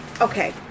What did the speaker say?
okay